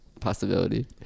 possibility